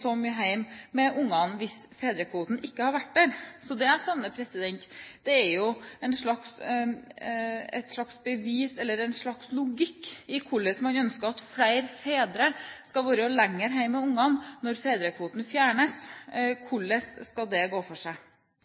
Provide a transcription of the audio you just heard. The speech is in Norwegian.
så mye hjemme med barna hvis fedrekvoten ikke hadde vært der. Så det jeg savner, er et slags bevis for at det skal være logikk i at flere fedre er lenger hjemme med barna når fedrekvoten fjernes. Hvordan skal det gå for seg?